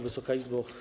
Wysoka Izbo!